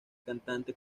cantante